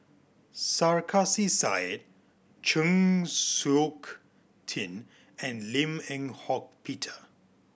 Sarkasi Said Chng Seok Tin and Lim Eng Hock Peter